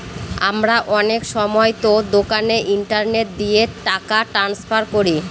আমরা অনেক সময়তো দোকানে ইন্টারনেট দিয়ে টাকা ট্রান্সফার করি